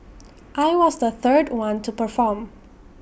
I was the third one to perform